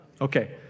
Okay